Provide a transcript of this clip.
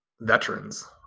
veterans